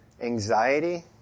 anxiety